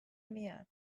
میاد